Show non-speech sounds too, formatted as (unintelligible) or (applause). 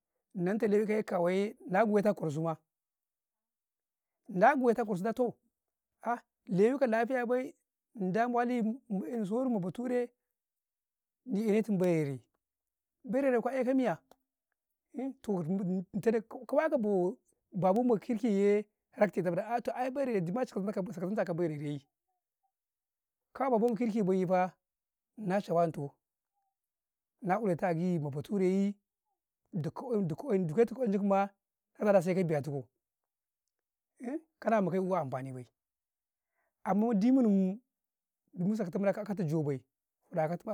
﻿nanta lewu, ka ika kawayee na guwata ikwarsumaa, na guwata kwarsu da to (hesitation) lewu ka lafiya bee nda mu wali mu 'yan sarun ma bature ni- eekatun ma rere, bai rer kuwa, e-ka miya (unintelligible) to kawa ba bu ma kirkiyee zai tantau da di cima bedantaci ka bai rereye, kawa baba ma kirkiye bai fa na cewa doo na uleeta a gii ma bature yee dukko kwayinn, dukko-wayinn duko duka jammaa sai ka ნura tukau (hesitation) kanaa mukauu ika amfanii bee, ammann dimun muu, musaka ნu bulatumu ajewu bay bu ნa katu.